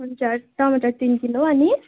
हुन्छ टमाटर तिन किलो अनि